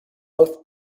both